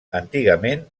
antigament